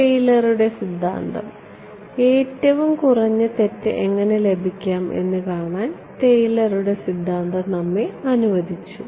ടെയ്ലറുടെTaylor's സിദ്ധാന്തം ഏറ്റവും കുറഞ്ഞ തെറ്റ് എങ്ങനെ ലഭിക്കാം എന്ന് കാണാൻ ടെയ്ലറുടെ സിദ്ധാന്തം നമ്മെ അനുവദിച്ചു